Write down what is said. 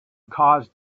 caused